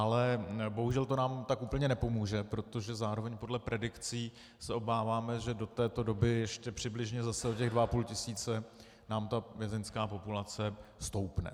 Ale bohužel, to nám tak úplně nepomůže, protože zároveň podle predikcí se obáváme, že do této doby ještě zase přibližně o těch dva a půl tisíce nám ta vězeňská populace stoupne.